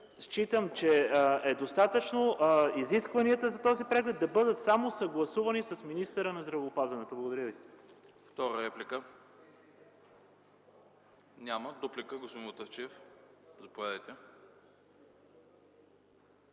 считам, че е достатъчно изискванията за този преглед да бъдат съгласувани само с министъра на здравеопазването. Благодаря.